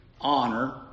honor